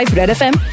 redfm